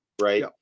right